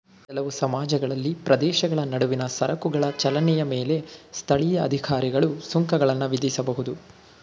ಕೆಲವು ಸಮಾಜಗಳಲ್ಲಿ ಪ್ರದೇಶಗಳ ನಡುವಿನ ಸರಕುಗಳ ಚಲನೆಯ ಮೇಲೆ ಸ್ಥಳೀಯ ಅಧಿಕಾರಿಗಳು ಸುಂಕಗಳನ್ನ ವಿಧಿಸಬಹುದು